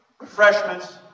Refreshments